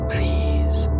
Please